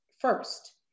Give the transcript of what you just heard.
first